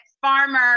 farmer